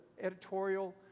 editorial